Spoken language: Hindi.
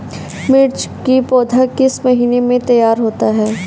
मिर्च की पौधा किस महीने में तैयार होता है?